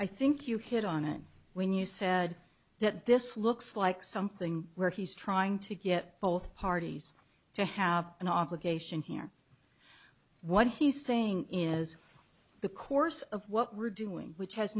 i think you hit on it when you said that this looks like something where he's trying to get both parties to have an obligation here what he's saying is the course of what we're doing which has